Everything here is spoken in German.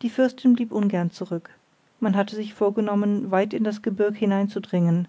die fürstin blieb ungern zurück man hatte sich vorgenommen weit in das gebirg hineinzudringen